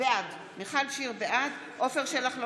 בעד עפר שלח,